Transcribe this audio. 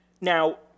Now